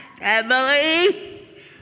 Emily